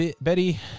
Betty